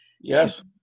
Yes